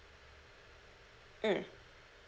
mm